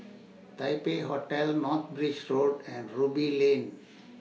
Taipei Hotel North Bridge Road and Ruby Lane